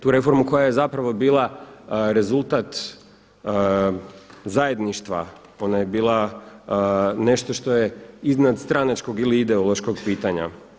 Tu reformu koja je zapravo bila rezultat zajedništva, ona je bila nešto što je iznad stranačkog ili ideološkog pitanja.